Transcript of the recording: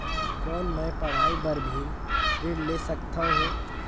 कौन मै पढ़ाई बर भी ऋण ले सकत हो?